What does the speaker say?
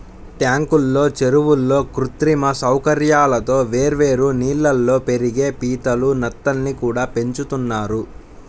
ట్యాంకుల్లో, చెరువుల్లో కృత్రిమ సౌకర్యాలతో వేర్వేరు నీళ్ళల్లో పెరిగే పీతలు, నత్తల్ని కూడా పెంచుతున్నారు